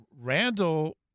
Randall